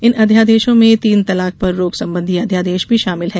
इन अध्यादेशों में तीन तलाक पर रोक संबंधी अध्यादेश भी शामिल है